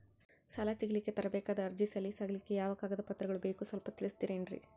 ಸಾಲ ತೆಗಿಲಿಕ್ಕ ತರಬೇಕಾದ ಅರ್ಜಿ ಸಲೀಸ್ ಆಗ್ಲಿಕ್ಕಿ ಯಾವ ಕಾಗದ ಪತ್ರಗಳು ಬೇಕು ಸ್ವಲ್ಪ ತಿಳಿಸತಿರೆನ್ರಿ?